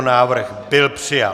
Návrh byl přijat.